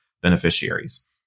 beneficiaries